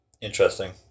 Interesting